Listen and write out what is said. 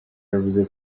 yavuze